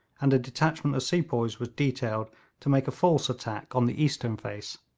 and a detachment of sepoys was detailed to make a false attack on the eastern face.